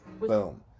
boom